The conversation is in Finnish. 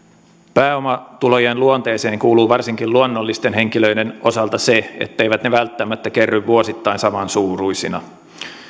pääomatulojen luonteeseen kuuluu varsinkin luonnollisten henkilöiden osalta se etteivät ne välttämättä kerry vuosittain samansuuruisina